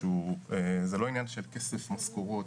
זה לא עניין של כסף, משכורות.